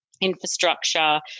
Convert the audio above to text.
infrastructure